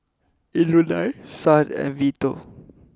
Eulalia Son and Vito